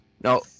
No